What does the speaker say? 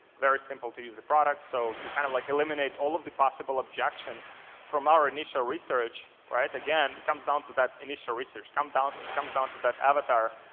very simple to use the product, so you kind of like eliminate all of the possible objections from our initial research right. again it comes down to that initial research, comes down so comes down to that avatar,